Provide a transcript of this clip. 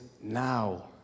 now